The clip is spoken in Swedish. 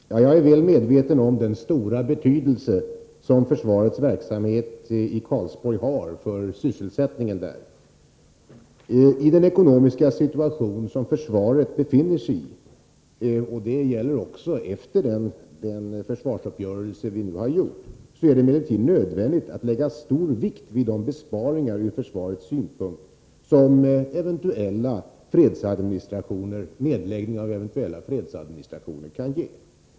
Herr talman! Jag är väl medveten om den stora betydelse som försvarets verksamhet i Karlsborg har för sysselsättningen där. I den ekonomiska situation som försvaret befinner sig i — det gäller också efter den försvarsuppgörelse vi nyligen har träffat — är det emellertid nödvändigt att lägga stor vikt vid de besparingar ur försvarets synpunkt som nedläggning av fredsadministrationer kan ge.